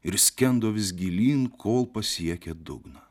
ir skendo vis gilyn kol pasiekė dugną